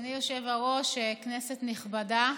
אדוני היושב-ראש, כנסת נכבדה,